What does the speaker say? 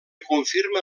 confirma